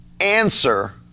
Answer